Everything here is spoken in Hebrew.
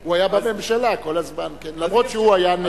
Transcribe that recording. הוא היה בממשלה כל הזמן, אף שהוא היה נגד.